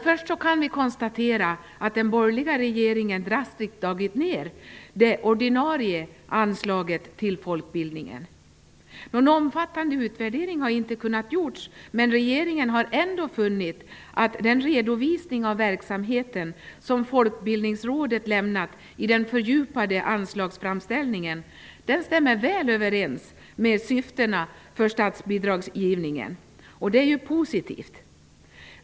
Först kan vi konstatera att den borgerliga regeringen drastiskt dragit ner det ordinarie anslaget till folkbildningen. Någon omfattande utvärdering har inte kunnat göras, men regeringen har ändå funnit att den redovisning av verksamheten som Folkbildningsrådet lämnat i den fördjupade anslagsframställningen stämmer väl överens med syftena med statsbidragsgivningen. Detta är positivt.